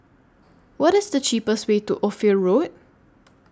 What IS The cheapest Way to Ophir Road